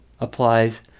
applies